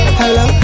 hello